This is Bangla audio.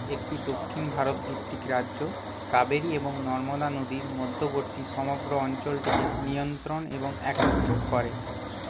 একটি দক্ষিণ ভারত ভিত্তিক রাজ্য কাবেরী এবং নর্মদা নদীর মধ্যবর্তী সমগ্র অঞ্চলটিকে নিয়ন্ত্রণ এবং একত্র করে